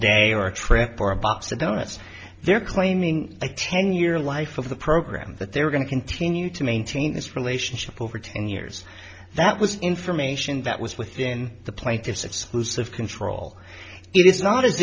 day or a trip or a box of donuts they're claiming a ten year life of the program that they were going to continue to maintain this relationship over ten years that was information that was within the plaintiff's exclusive control it is not as